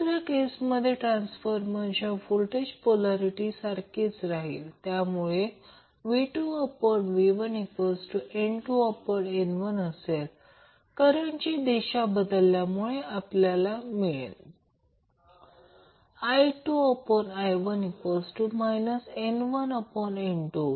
दुसऱ्या केसमध्ये ट्रान्सफॉर्मरची व्होल्टेज पोल्यारिटी सारखीच राहील त्यामुळे V2V1N2N1 असेल करंटची दिशा बदलल्यामुळे आपल्याला मिळेल I2I1 N1N2